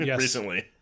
Recently